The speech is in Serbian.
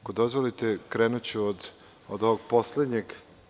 Ako dozvolite, krenuću od ovog poslednjeg.